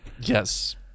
yes